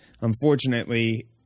unfortunately